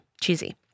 cheesy